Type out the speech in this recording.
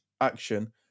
action